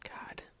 God